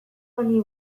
honi